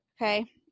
Okay